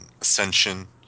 Ascension